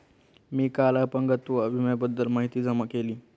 मी काल अपंगत्व विम्याबद्दल माहिती जमा केली